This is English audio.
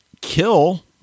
kill